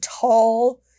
tall